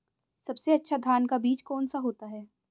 सबसे अच्छा धान का बीज कौन सा होता है?